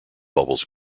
bubbles